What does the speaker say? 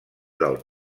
del